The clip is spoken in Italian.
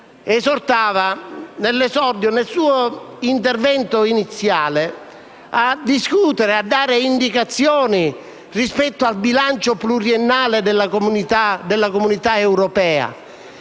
Sottosegretario, nel suo intervento iniziale, a discutere e a dare indicazioni rispetto al bilancio pluriennale dell'Unione europea.